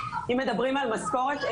אם מדברים על משכורת,